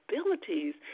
abilities